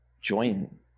join